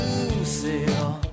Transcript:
Lucille